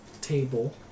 table